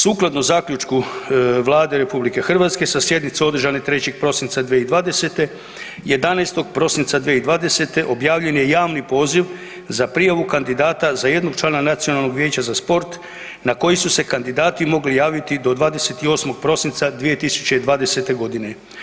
Sukladno zaključku Vlade RH sa sjednice održane 3. prosinca 2020., 11. prosinca 2020. objavljen je javni poziv za prijavu kandidata za jednog člana Nacionalnog vijeća za sport na koji su se kandidati mogli javiti do 28. prosinca 2020. godine.